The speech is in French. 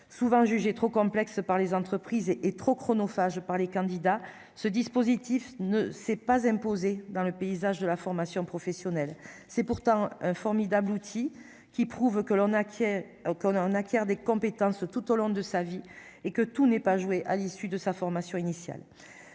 souvent jugé trop complexe par les entreprises et et trop chronophages par les candidats, ce dispositif ne s'est pas imposé dans le paysage de la formation professionnelle, c'est pourtant un formidable outil qui prouve que l'on acquiert qu'on a en acquièrent des compétences tout au long de sa vie et que tout n'est pas joué à l'issue de sa formation initiale,